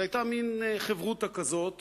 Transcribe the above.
זו היתה מין חברותא כזאת